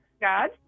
God